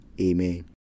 Amen